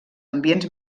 ambients